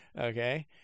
okay